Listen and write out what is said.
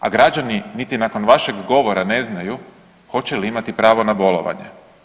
A građani niti nakon vašeg govora ne znaju hoće li imati pravo na bolovanje.